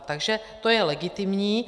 Takže to je legitimní.